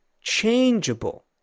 changeable